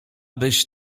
byś